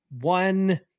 one